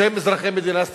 שהם אזרחי מדינת ישראל.